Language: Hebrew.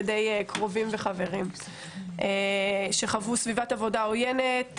מקרובים וחברים שחוו סביבת עבודה עוינת,